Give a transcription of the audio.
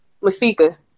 Masika